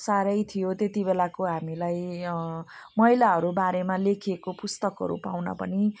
साह्रै थियो त्यतिबेलाको हामीलाई महिलाहरूबारेमा लेखिएको पुस्तकहरू पाउन पनि